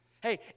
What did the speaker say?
Hey